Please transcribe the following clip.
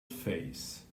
face